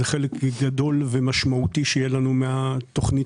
זה חלק גדול ומשמעותי שיהיה מהתוכנית